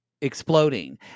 Exploding